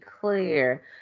clear